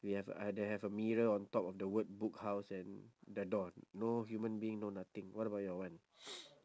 we have uh they have a mirror on top of the word book house and the door no human being no nothing what about your one